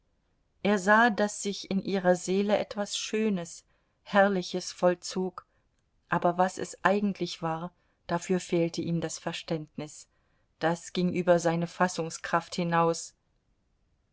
er sah daß sich in ihrer seele etwas schönes herrliches vollzog aber was es eigentlich war dafür fehlte ihm das verständnis das ging über seine fassungskraft hinaus